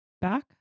back